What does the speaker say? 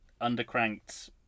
undercranked